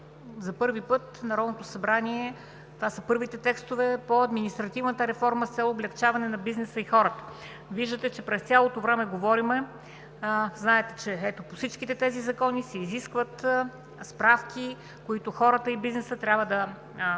е последният от тях, на практика са първите текстове по административната реформа за облекчаване на бизнеса и хората. Виждате, че през цялото време говорим, знаете, че ето, по всичките тези закони се изискват справки, които хората и бизнесът трябва да правят